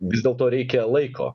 vis dėlto reikia laiko